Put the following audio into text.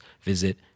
visit